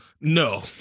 No